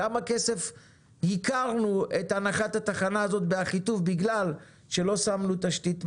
כמה כסף ייקרנו את הנחת התחנה הזאת באחיטוב בגלל שלא שמנו תשתית מקדימה?